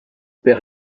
père